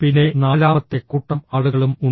പിന്നെ നാലാമത്തെ കൂട്ടം ആളുകളും ഉണ്ട്